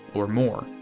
or more,